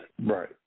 Right